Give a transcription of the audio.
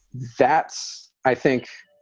that's, i think,